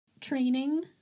training